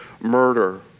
murder